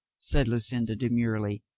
said lucinda demurely,